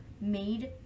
made